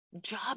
job